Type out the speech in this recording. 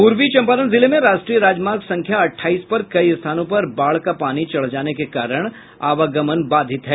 पूर्वी चंपारण जिले में राष्ट्रीय राजमार्ग संख्या अठाईस पर कई स्थानों पर बाढ़ का पानी चढ़ जाने के कारण आवागमन बाधित है